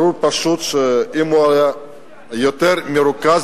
ברור, פשוט, שאם הוא היה יותר מרוכז